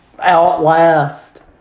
outlast